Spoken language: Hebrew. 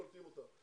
קולטים אותם,